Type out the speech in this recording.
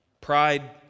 Pride